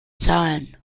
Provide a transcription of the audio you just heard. zahlen